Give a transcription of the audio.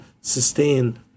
sustain